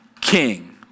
king